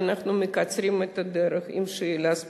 ואנחנו מקצרים את הדרך בתשובה לשאלה ספציפית.